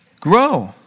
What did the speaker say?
grow